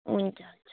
हुन्छ हुन्छ